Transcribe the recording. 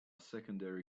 secondary